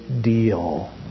deal